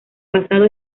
pasado